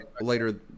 later